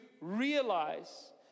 realize